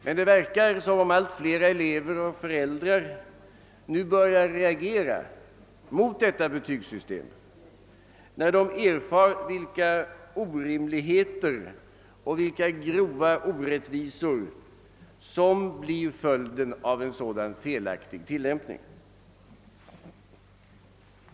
Det verkar emellertid som om ailt flera elever och föräldrar nu börjar reagera mot detta betygssystem, då de erfar vilka orimligheter och grova orättvisor som blir följden av felaktig tillämpning.